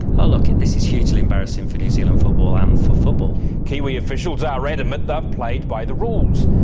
ah look, this is hugely embarrassing for new zealand football and for football. kiwi officials are adamant they have played by the rules,